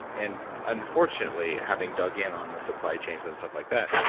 and unfortunately having dug in on the supply chains and stuff like that,